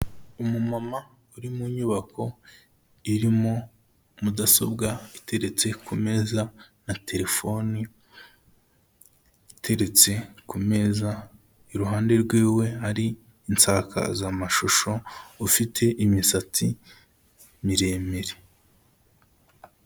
Umumama uri mu nyubako irimo mudasobwa iteretse ku meza na terefoni iteretse ku meza, iruhande rw'iwe hari insakazamashusho ufite imisatsi miremire.